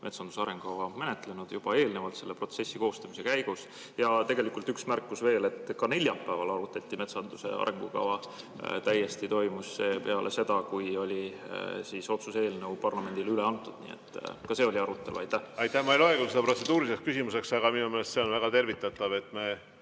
metsanduse arengukava menetlenud juba eelnevalt selle protsessi käigus. Ja tegelikult üks märkus veel: ka neljapäeval arutati metsanduse arengukava. See täiesti toimus peale seda, kui oli otsuse eelnõu parlamendile üle antud. Nii et ka see arutelu oli. Ma ei loe küll seda protseduuriliseks küsimuseks, aga minu meelest see on väga tervitatav, et me